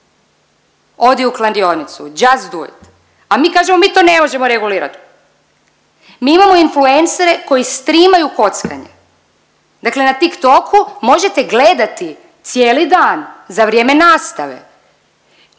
odi u kladionicu…/Govornik se ne razumije./…a mi kažemo mi to ne možemo regulirat. Mi imamo influencere koji strimaju kockanje, dakle na Tik-Toku možete gledati cijeli dan za vrijeme nastave